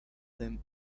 them